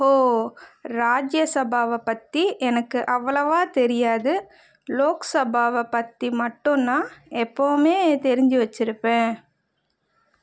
ஓ ராஜ்ய சபாவை பற்றி எனக்கு அவ்வளவாக தெரியாது லோக் சபாவை பற்றி மட்டும் நான் எப்பவுமே தெரிஞ்சு வச்சுருப்பேன்